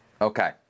Okay